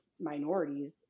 minorities